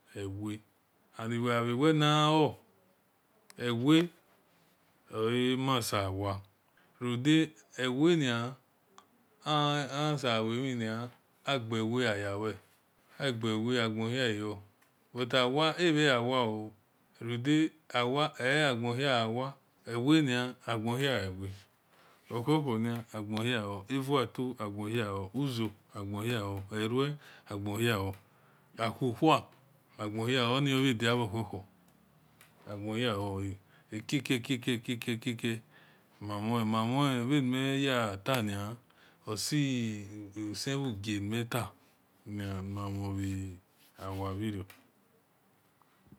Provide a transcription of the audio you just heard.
Awia and weavawe nao awie oamase awie udia ewia ni nasewimini agewie yawe agewie agehieo but awie ava-awie o rudia awie o ognhiawie ewia ni agnoao awia ohu-huni agno o evato agn hio uzeo agnhio erue agnhio awho wha agnhio oniovadia ohu-hu agnhio kake kake kake mamunvanmeyatani osi ligie ka mamu awie viro